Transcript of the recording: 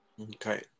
Okay